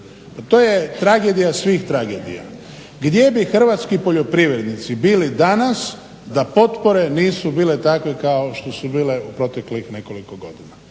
to je tragedija svih tragedija. Gdje bi hrvatski poljoprivrednici bili danas da potpore nisu bile takve kao što su bile u proteklih nekoliko godina.